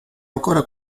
ancora